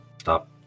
stop